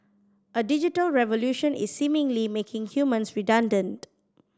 a digital revolution is seemingly making humans redundant